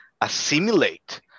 assimilate